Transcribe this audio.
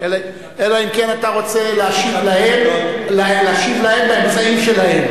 אלא אם כן אתה רוצה להשיב להם באמצעים שלהם.